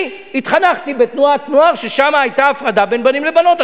אני התחנכתי בתנועת נוער ששם היתה הפרדה בין בנים לבנות.